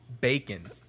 bacon